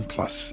Plus